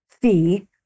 fee